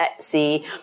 Etsy